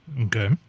Okay